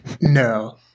No